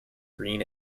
green